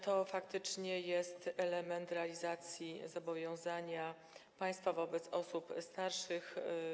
To faktycznie jest element realizacji zobowiązania państwa wobec osób starszych.